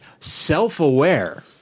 self-aware